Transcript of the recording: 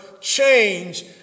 change